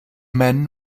man